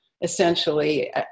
essentially